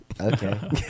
okay